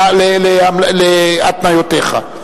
להתניותיך.